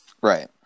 Right